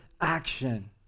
action